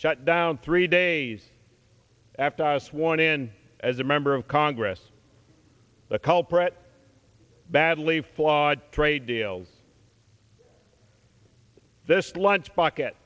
shut down three days after sworn in as a member of congress a culprit badly flawed trade deal this lunch bucket